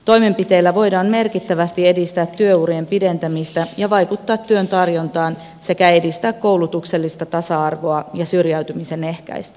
toimenpiteillä voidaan merkittävästi edistää työurien pidentämistä ja vaikuttaa työn tarjontaan sekä edistää koulutuksellista tasa arvoa ja syrjäytymisen ehkäisemistä